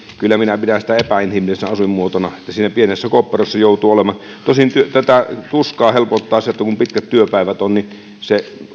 epäinhimillisenä asuinmuotona kun siinä pienessä kopperossa joutuu olemaan tosin tätä tuskaa helpottaa se että kun pitkät työpäivät on niin se